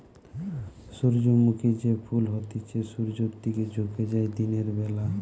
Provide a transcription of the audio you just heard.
সূর্যমুখী যে ফুল হতিছে সূর্যের দিকে ঝুকে যায় দিনের বেলা